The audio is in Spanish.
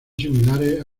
similares